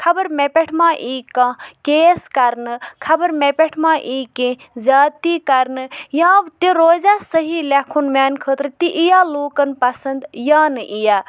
خبَر مےٚ پٮ۪ٹھ ما یی کانٛہہ کیس کرنہٕ خبَر مےٚ پٮ۪ٹھ ما یی کیٚنٛہہ زیادتی کرنہٕ یا تہِ روزیا صحیح لیکھُن میانہِ خٲطرٕ تہِ یٖیا لوٗکَن پسَند یا نہٕ یٖیا